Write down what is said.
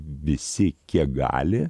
visi kiek gali